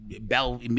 Bell